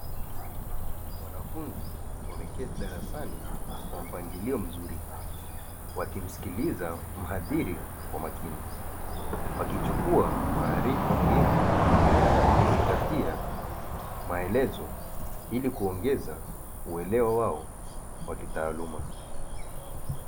Wanafunzi wameketi darasani kwa mpangilio mzuri, wakimsikiliza mhadhiri kwa makini wakichukua maarifa muhimu na kuzingatia maelezo ili kuongeza uelewa wao wa kitaaluma.